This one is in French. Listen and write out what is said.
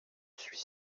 suis